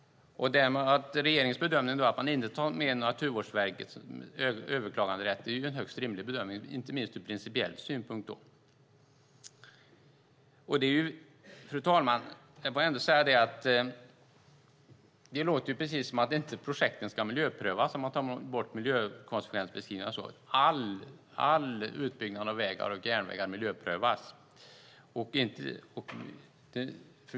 Regeringens bedömning att inte ta med Naturvårdsverkets överklaganderätt är en högst rimlig bedömning, inte minst ur principiell synpunkt. Fru talman! Det låter precis som om projekten inte ska miljöprövas om man tar bort miljökonsekvensbeskrivningar och så vidare. All utbyggnad av vägar och järnvägar miljöprövas.